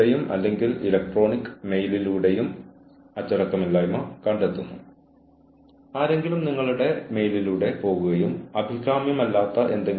പക്ഷേ ഈ പുസ്തകങ്ങൾ വിപണിയിൽ എളുപ്പത്തിൽ ലഭ്യമാണെന്ന് ഞാൻ വിശ്വസിക്കുന്നതിനാലാണ് ഞാൻ അവ പരാമർശിച്ചത്